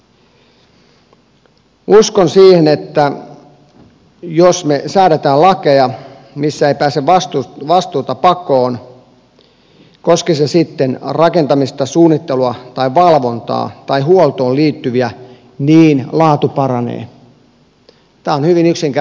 uskon siihen että jos me säädämme lakeja missä ei pääse vastuuta pakoon koski se sitten rakentamista suunnittelua tai valvontaa tai huoltoon liittyviä niin laatu paranee